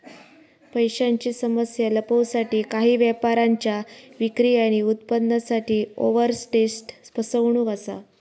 पैशांची समस्या लपवूसाठी काही व्यापाऱ्यांच्या विक्री आणि उत्पन्नासाठी ओवरस्टेट फसवणूक असा